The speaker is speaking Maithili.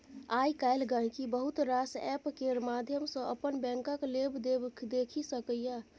आइ काल्हि गांहिकी बहुत रास एप्प केर माध्यम सँ अपन बैंकक लेबदेब देखि सकैए